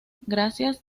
gracias